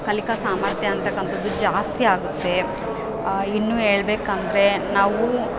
ಕಲಿಕಾ ಸಾಮರ್ಥ್ಯ ಅಂಥಕ್ಕಂಥದ್ದು ಜಾಸ್ತಿ ಆಗುತ್ತೆ ಇನ್ನು ಹೇಳ್ಬೇಕಂದ್ರೆ ನಾವು